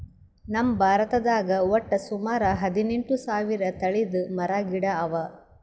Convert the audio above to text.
ನಮ್ ಭಾರತದಾಗ್ ವಟ್ಟ್ ಸುಮಾರ ಹದಿನೆಂಟು ಸಾವಿರ್ ತಳಿದ್ ಮರ ಗಿಡ ಅವಾ